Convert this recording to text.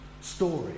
story